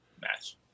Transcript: match